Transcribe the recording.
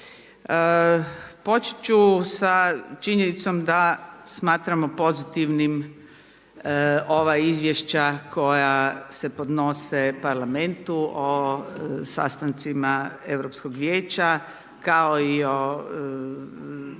Počet ću sa činjenicom da smatramo pozitivnim ova Izvješća koja se podnose parlamentu o sastancima Europskog vijeća, kao i o Samitima